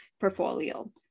portfolio